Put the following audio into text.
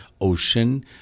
ocean